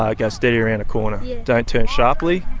ah go steady round a corner. don't turn sharply,